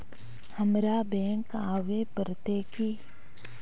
हमरा बैंक आवे पड़ते की?